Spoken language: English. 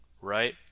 right